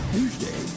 Tuesday